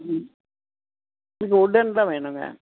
ம் இது உட்டனில் வேணுங்க